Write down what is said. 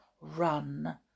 run